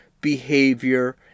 behavior